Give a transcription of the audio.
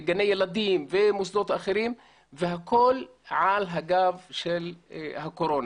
גני ילדים ומוסדות אחרים והכול על הגב של הקורונה.